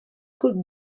could